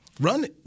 Run